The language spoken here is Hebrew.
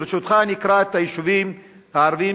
ברשותך, אני אקרא את היישובים הערביים